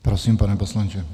Prosím, pane poslanče.